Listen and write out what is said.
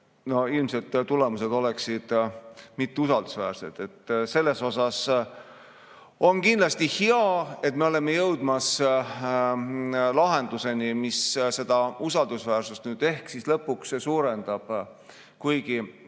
Ilmselt tulemused oleksid mitteusaldusväärsed. Selles mõttes on kindlasti hea, et me oleme jõudmas lahenduseni, mis seda usaldusväärsust lõpuks ehk suurendab.